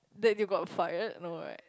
that you got fired no right